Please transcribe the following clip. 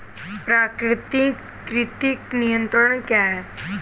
प्राकृतिक कृंतक नियंत्रण क्या है?